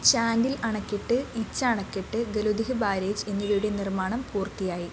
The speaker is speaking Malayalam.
ചാൻഡിൽ അണക്കെട്ട് ഇച്ച അണക്കെട്ട് ഗലുദിഹ് ബാരേജ് എന്നിവയുടെ നിർമാണം പൂർത്തിയായി